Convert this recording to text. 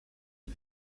des